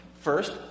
First